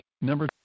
number